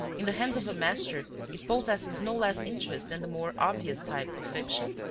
in the hands of a master, it possesses no less interest than the more obvious type of fiction,